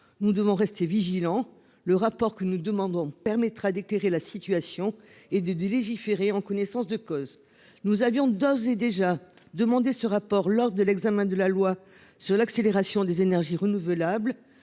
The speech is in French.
Nous devons rester vigilants. Le rapport que nous doucement donc permettra d'éclairer la situation et de de légiférer en connaissance de cause. Nous avions d'ores et déjà demandé ce rapport lors de l'examen de la loi sur l'accélération des énergies renouvelables.